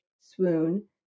swoon